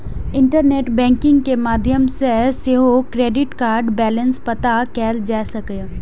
internet banking के माध्यम सं सेहो क्रेडिट कार्डक बैलेंस पता कैल जा सकैए